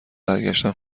برگشتن